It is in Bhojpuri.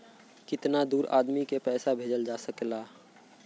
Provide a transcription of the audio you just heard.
कितना दूर आदमी के पैसा भेजल जा सकला?